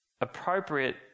Appropriate